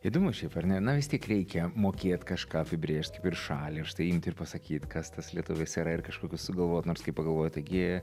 įdomu šiaip ar ne na vis tiek reikia mokėt kažką apibrėžt kaip ir šalį ir štai imt ir pasakyt kas tas lietuvis yra ir kažkokius sugalvot nors kai pagalvoji taigi